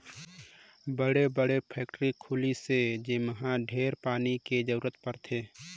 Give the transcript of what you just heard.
बड़े बड़े फेकटरी खुली से जेम्हा ढेरे पानी के जरूरत परथे